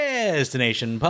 Destination